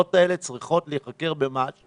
הנקודות האלה צריכות להיחקר במח"ש.